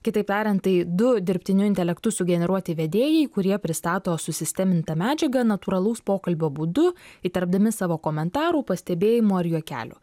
kitaip tariant tai du dirbtiniu intelektu sugeneruoti vedėjai kurie pristato susistemintą medžiagą natūralaus pokalbio būdu įterpdami savo komentarų pastebėjimų ar juokelių